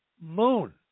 moon